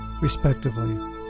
respectively